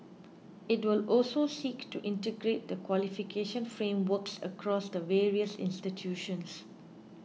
it will also seek to integrate the qualification frameworks across the various institutions